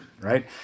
Right